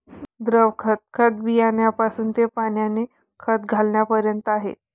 द्रव खत, खत बियाण्यापासून ते पाण्याने खत घालण्यापर्यंत आहे